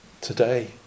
today